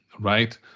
right